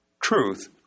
Truth